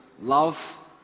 love